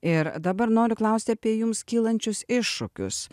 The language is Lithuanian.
ir dabar noriu klausti apie jums kylančius iššūkius